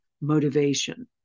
motivation